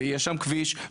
ויש שם כביש,